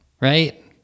right